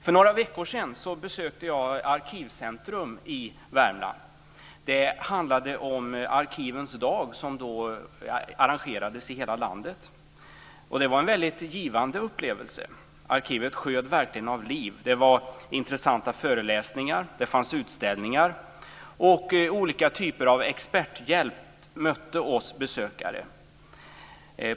För några veckor sedan besökte jag Arkivcentrum i Värmland. Arkivens dag arrangerades då i hela landet. Det var en givande upplevelse. Arkivet sjöd verkligen av liv. Det var intressanta föreläsningar och det fanns utställningar. Olika typer av experthjälp mötte oss besökare.